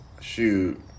Shoot